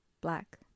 black